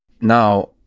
Now